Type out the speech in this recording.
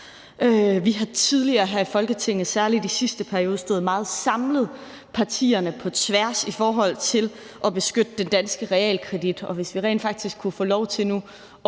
Vi har tidligere her i Folketinget, særlig i sidste periode, stået meget samlet på tværs af partierne i forhold til at beskytte den danske realkredit,